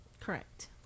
Correct